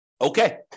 Okay